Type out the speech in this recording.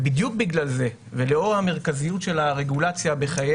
ובדיוק בגלל זה ולאור המרכזיות של הרגולציה בחיי